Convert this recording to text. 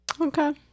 Okay